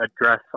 address